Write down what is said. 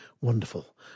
wonderful